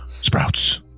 Sprouts